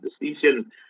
decision